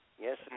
Yes